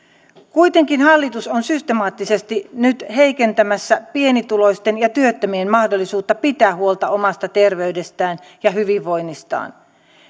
kuitenkin hallitus on systemaattisesti nyt heikentämässä pienituloisten ja työttömien mahdollisuutta pitää huolta omasta terveydestään ja hyvinvoinnistaan